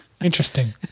Interesting